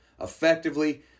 effectively